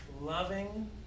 Loving